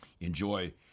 Enjoy